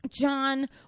John